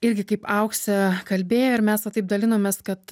irgi kaip auksė kalbėjo ir mes va taip dalinomės kad